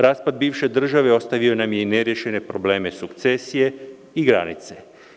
Raspad bivše države ostavio nam je i nerješene probleme sukcesije i granice.